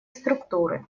структуры